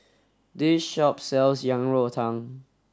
this shop sells Yang Rou Tang